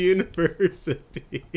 University